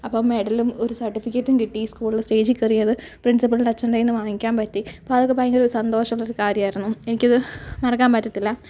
അപ്പം മെഡലും ഒരു സർട്ടിഫിക്കറ്റും കിട്ടി സ്കൂളിൽ സ്റ്റേജിൽ കയറി അത് പ്രിൻസിപ്പിൾൻ്റെ അച്ഛൻ്റെ കയ്യിൽനിന്ന് വാങ്ങിക്കാൻ പറ്റി അപ്പം അതൊക്കെ ഭയങ്കര ഒരു സന്തോഷമുള്ളൊരു കാര്യമായിരുന്നു എനിക്കത് മറക്കാൻ പറ്റത്തില്ല